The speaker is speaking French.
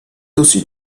aussi